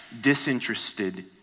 disinterested